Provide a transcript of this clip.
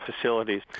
facilities